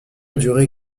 duré